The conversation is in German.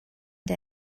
der